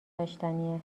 داشتنیه